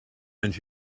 and